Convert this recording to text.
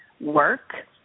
work